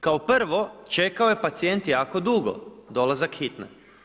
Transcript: Kao prvo, čekao je pacijent jako dugo, dolazak hitne.